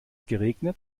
geregnet